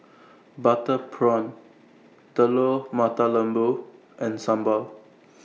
Butter Prawn Telur Mata Lembu and Sambal